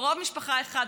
קרוב משפחה אחד,